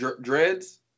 dreads